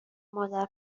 مادر